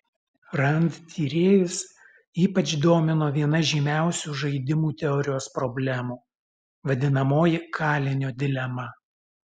rand tyrėjus ypač domino viena žymiausių žaidimų teorijos problemų vadinamoji kalinio dilema